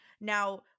Now